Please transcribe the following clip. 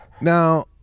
Now